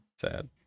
Sad